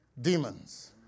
demons